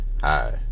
Hi